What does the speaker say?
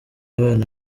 abana